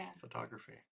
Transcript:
photography